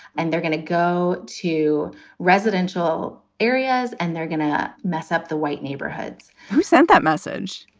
and they're going to go to residential areas and they're going to mess up the white neighborhoods. who sent that message?